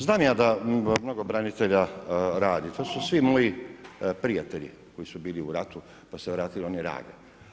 Znam ja da mnogo branitelja radi, to su svi moji prijatelji koji su bili u ratu, pa su se vratili oni rade.